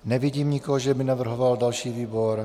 Nevidím nikoho, že by navrhoval další výbor.